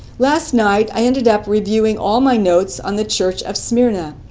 last night i ended up reviewing all my notes on the church of smyrna.